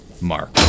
Mark